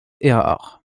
errard